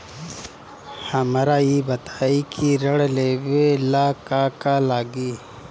हमरा ई बताई की ऋण लेवे ला का का लागी?